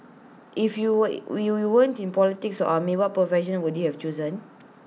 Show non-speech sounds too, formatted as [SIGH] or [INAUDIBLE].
if you were [UNINTELLIGIBLE] you weren't in politics or army what profession would you have chosen